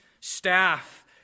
staff